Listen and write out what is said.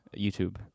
YouTube